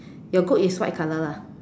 your goat is white color lah